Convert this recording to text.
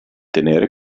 tenere